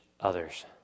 others